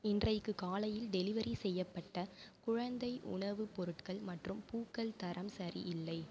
இன்றைக்கு காலையில் டெலிவரி செய்யப்பட்ட குழந்தை உணவுப் பொருட்கள் மற்றும் பூக்கள் தரம் சரி இல்லை